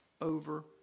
over